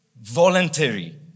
voluntary